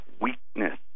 weakness